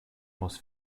muss